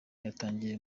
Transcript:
yatangiye